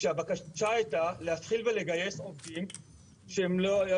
והבקשה הייתה להתחיל ולגייס עובדים שיום